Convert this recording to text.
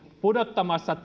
pudottamassa